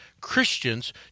Christians